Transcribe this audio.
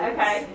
Okay